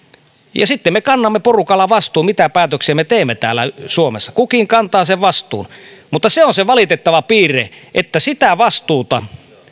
ja sitten me kannamme porukalla vastuun siitä mitä päätöksiä me teemme täällä suomessa kukin kantaa sen vastuun mutta se on se valitettava piirre että sitä vastuuta